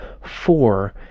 four